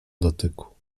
dotyku